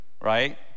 right